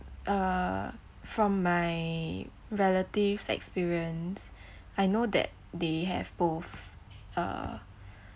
uh from my relatives' experience I know that they have both uh